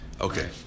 okay